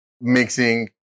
mixing